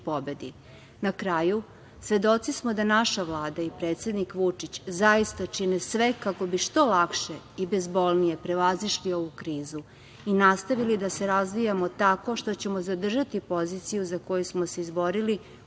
kraju, svedoci smo da naša Vlada i predsednik Vučić zaista čine sve kako bi što lakše i bezbolnije prevazišli ovu krizu i nastavili da se razvijamo tako što ćemo zadržati poziciju za koju smo se izborili uz